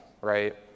right